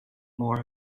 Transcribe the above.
more